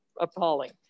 appalling